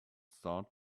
start